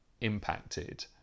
impacted